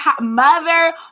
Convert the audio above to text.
mother